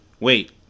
Wait